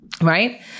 right